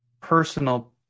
personal